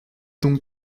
donc